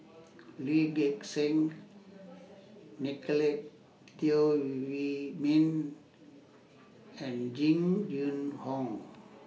Lee Gek Seng Nicolette Teo Wei Min and Jing Jun Hong